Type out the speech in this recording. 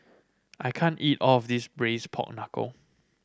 I can't eat all of this Braised Pork Knuckle